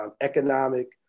economic